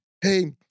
hey